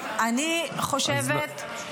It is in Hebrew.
אני יכול לשכנע אותה.